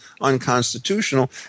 unconstitutional